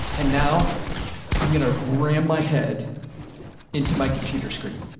and now i'm going to wrap my head into my computer screen.